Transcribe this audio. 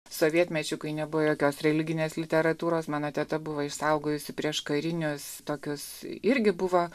sovietmečiu kai nebuvo jokios religinės literatūros mano teta buvo išsaugojusi prieškarinius tokius irgi buvo